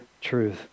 truth